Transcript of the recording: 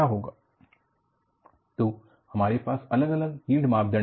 yield criteria तो हमारे पास अलग अलग यील्ड मापदंड थे